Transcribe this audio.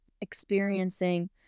experiencing